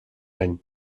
any